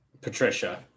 Patricia